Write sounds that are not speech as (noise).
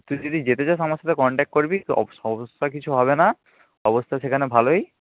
তুই যদি যেতে চাস আমার সাথে কনট্যাক্ট করবি (unintelligible) সমস্যা কিছু হবে না অবস্থা সেখানে ভালোই